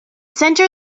center